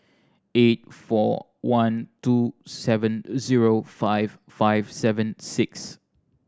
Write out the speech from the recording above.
eight four one two seven zero five five seven six